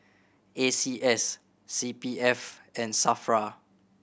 A C S C P F and SAFRA